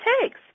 takes